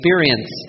experience